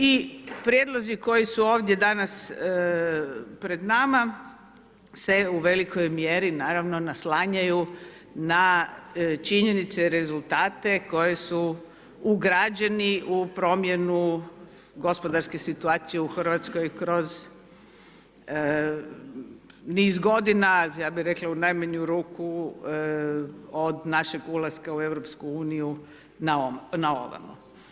I prijedlozi koji su ovdje danas pred nama se u velikoj mjeri naravno naslanjaju na činjenice i rezultate koje su ugrađeni u promjenu gospodarske situacije u Hrvatskoj kroz niz godina, ja bi rekla u najmanju ruku od našeg ulaska u Europsku uniju na ovamo.